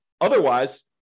Otherwise